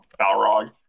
Balrog